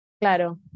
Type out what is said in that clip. Claro